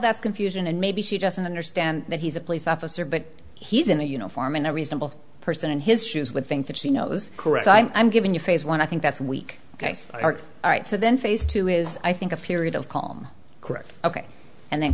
that's confusion and maybe she doesn't understand that he's a police officer but he's in a uniform and a reasonable person in his shoes would think that she knows correct i'm giving you phase one i think that's week ok all right so then phase two is i think a period of calm correct ok and then